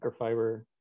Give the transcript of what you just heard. microfiber